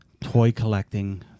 toy-collecting